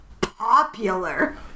popular